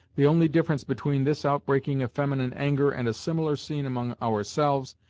the only difference between this outbreaking of feminine anger, and a similar scene among ourselves,